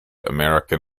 american